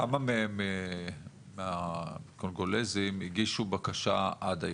כמה מהקונגולזים הגישו בקשה עד היום?